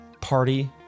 party